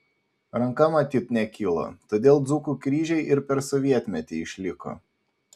ranka matyt nekilo todėl dzūkų kryžiai ir per sovietmetį išliko